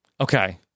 Okay